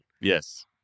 Yes